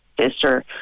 sister